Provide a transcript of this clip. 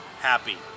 happy